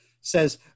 says